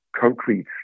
concrete